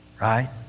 right